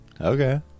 Okay